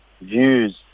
views